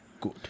good